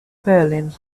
berlin